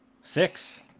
Six